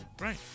Right